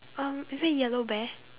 um maybe yellow bear